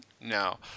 No